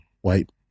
white